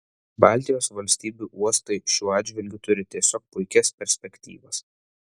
baltijos valstybių uostai šiuo atžvilgiu turi tiesiog puikias perspektyvas